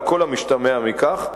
על כל המשתמע מכך,